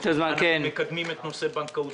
אני מקדם בברכה את נגיד בנק ישראל,